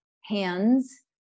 hands